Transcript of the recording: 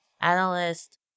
analyst